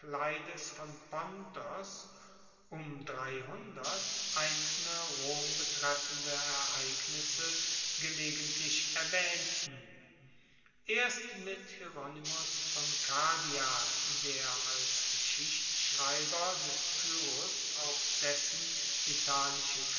von pontos um einzelne rom betreffende ereignisse gelegentlich erwaehnten erst mit hieronymos von kardia der als geschichtschreiber des pyrrhos auch dessen italische